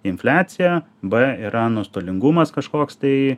infliacija b yra nuostolingumas kažkoks tai